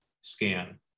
scan